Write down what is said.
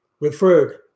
referred